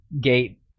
gate